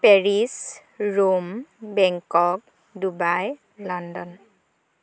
Paris Rome Bangkok Dubai London